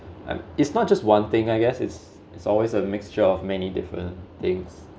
uh it's not just one thing I guess it's it's always a mixture of many different things